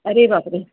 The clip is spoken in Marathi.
अरे बापरे